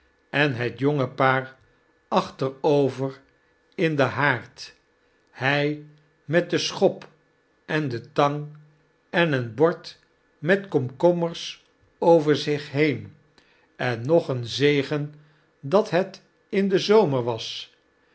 en het jonge paar achteroverin den haard hy met de schop en de tang en een bord met korakommers over zich heen en nog een zegen dat het in den zomer was